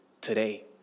today